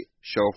show